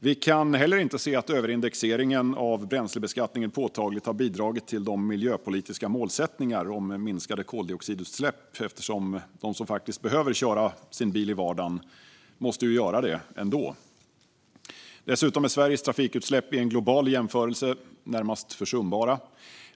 Vi kan heller inte se att överindexeringen av bränslebeskattningen påtagligt har bidragit till de miljöpolitiska målsättningarna om minskade koldioxidutsläpp eftersom de som faktiskt behöver köra sin bil i vardagen måste göra det ändå. Dessutom är Sveriges trafikutsläpp i en global jämförelse närmast försumbara.